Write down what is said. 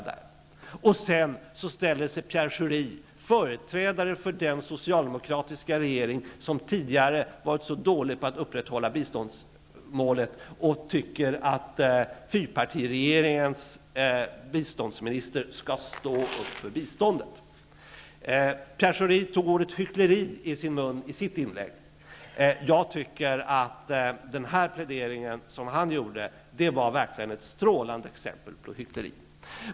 Sedan menar Pierre Schori, företrädare för den socialdemokratiska regering som tidigare varit så dålig på att upprätthålla biståndsmålet, att fyrpartiregeringens biståndsminister skall stå upp för biståndet. Pierre Schori tog i sitt inlägg ordet hyckleri i sin mun. Jag tycker att den plädering han gjorde var ett strålande exempel på hyckleri.